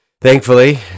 Thankfully